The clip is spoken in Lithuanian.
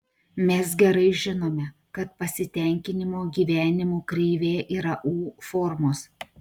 mes gerai žinome kad pasitenkinimo gyvenimu kreivė yra u formos